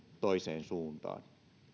toiseen suuntaan